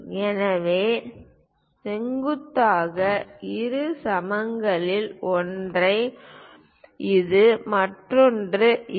எனவே செங்குத்தாக இருசமங்களில் ஒன்று இது மற்றொன்று இது